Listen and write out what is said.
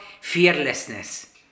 fearlessness